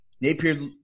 Napier's